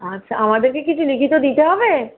আচ্ছা আমাদের কি কিছু লিখিত দিতে হবে